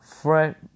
Fred